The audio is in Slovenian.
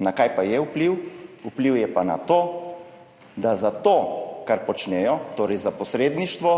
Na kaj pa je vpliv? Vpliv je pa na to, da za to, kar počnejo, torej za posredništvo,